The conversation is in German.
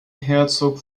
herzog